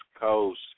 Coast